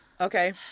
Okay